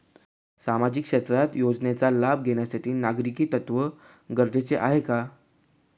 सामाजिक क्षेत्रातील योजनेचा लाभ घेण्यासाठी नागरिकत्व गरजेचे आहे का?